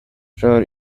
rör